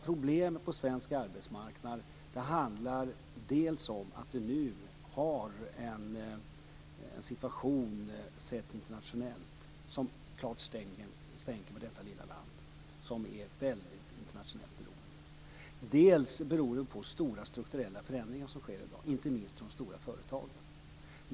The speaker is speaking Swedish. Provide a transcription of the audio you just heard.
Problemen på svensk arbetsmarknad handlar dels om att vi nu har en situation internationellt sett som klart påverkar detta lilla internationellt beroende land, dels om ett beroende av stora strukturella förändringar inte minst inom de stora företagen.